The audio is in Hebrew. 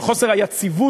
על חוסר היציבות,